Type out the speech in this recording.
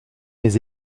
mes